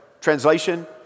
Translation